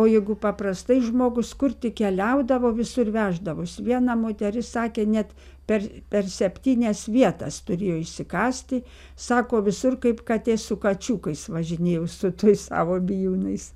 o jeigu paprastai žmogus kur tik keliaudavo visur veždavosi viena moteris sakė net per per septynias vietas turėjo išsikasti sako visur kaip katė su kačiukais važinėjau su tais savo bijūnais